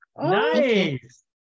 Nice